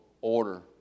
order